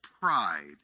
pride